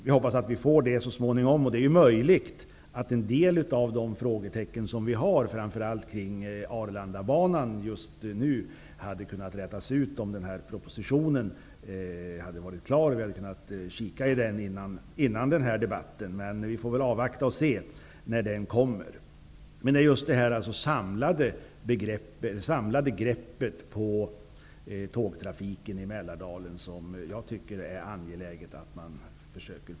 Jag hoppas att vi får veta något så småningom. Det är möjligt att en del av de frågetecken som finns om Arlandabanan just nu hade kunnat rätas ut om propositionen hade lagts fram och vi hade kunnat kika i den innan debatten. Vi får avvakta och se när propositionen kommer. Det är angeläget att få till stånd ett samlat grepp kring tågtrafiken i Fru talman!